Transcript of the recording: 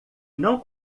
não